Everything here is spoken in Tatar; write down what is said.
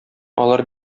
алар